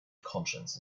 conscience